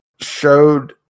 showed